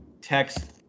text